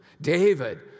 David